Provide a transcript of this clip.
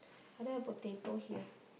I don't have potato here